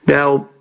Now